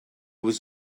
was